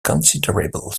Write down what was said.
considerable